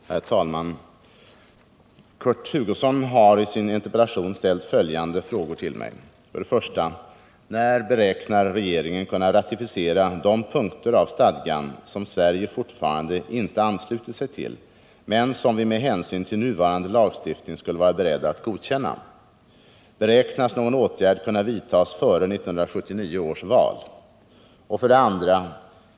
Herr talman! Kurt Hugosson har i sin interpellation ställt följande frågor till mig: 1. När beräknar regeringen kunna ratificera de punkter av stadgan som Sverige fortfarande icke är anslutet till, men som vi med hänsyn till nuvarande lagstiftning skulle vara beredda godkänna? Beräknas någon åtgärd kunna vidtas före 1979 års val? 2.